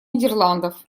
нидерландов